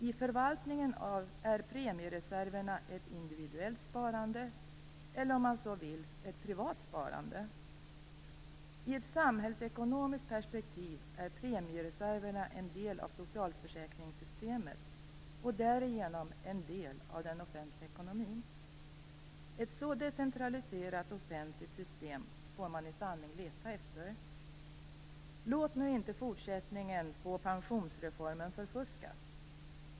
I förvaltningen är premiereserverna ett individuellt sparande, eller om man så vill, ett privat sparande. I ett samhällsekonomiskt perspektiv är premiereserverna en del av socialförsäkringssystemet och därigenom en del av den offentliga ekonomin. Ett så decentraliserat offentligt system får man i sanning leta efter. Låt nu inte fortsättningen på pensionsreformen förfuskas.